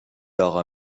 اقا